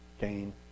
Gain